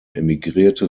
emigrierte